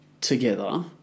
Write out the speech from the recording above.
together